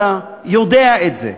אתה יודע את זה,